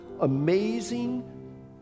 amazing